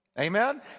Amen